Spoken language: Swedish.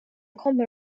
kommer